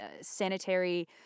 sanitary